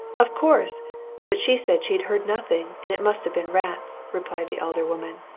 of course but she said she'd heard nothing, and it must have been rats, replied the elder woman.